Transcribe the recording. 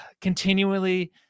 continually